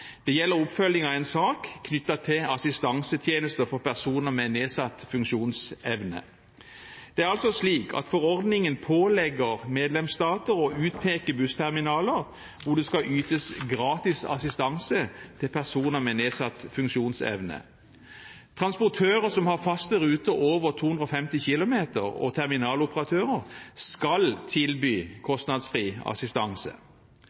Det gjelder oppfølging av en sak knyttet til assistansetjenester for personer med nedsatt funksjonsevne. Det er altså slik at forordningen pålegger medlemsstater å utpeke bussterminaler hvor det skal ytes gratis assistanse til personer med nedsatt funksjonsevne. Transportører som har faste ruter over 250 km, og terminaloperatører skal tilby kostnadsfri assistanse.